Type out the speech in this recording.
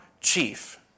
chief